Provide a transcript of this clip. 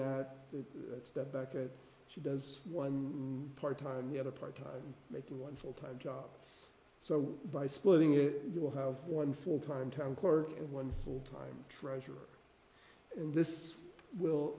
that step back that she does one part time yet a part time making one full time job so by splitting it you will have one full time town clerk and one full time treasurer and this will